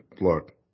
look